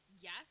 Yes